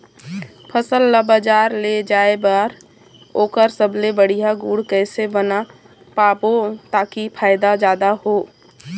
फसल ला बजार ले जाए बार ओकर सबले बढ़िया गुण कैसे बना पाबो ताकि फायदा जादा हो?